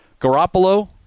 Garoppolo